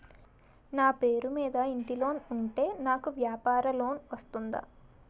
నా పేరు మీద ఇంటి లోన్ ఉంటే నాకు వ్యాపార లోన్ వస్తుందా?